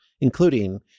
Including